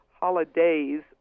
holidays